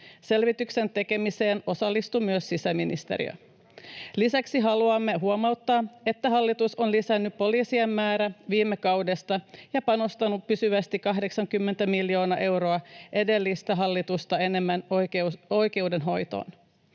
Selvityksen tekemiseen osallistuu myös sisäministeriö. Lisäksi haluamme huomauttaa, että hallitus on lisännyt poliisien määrää viime kaudesta, ja panostanut pysyvästi 80 miljoonaa euroa edellistä hallitusta enemmän oikeudenhoitoon.